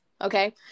Okay